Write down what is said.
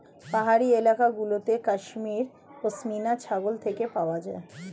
পাহাড়ি এলাকা গুলোতে কাশ্মীর পশমিনা ছাগল থেকে পাওয়া যায়